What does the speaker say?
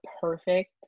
perfect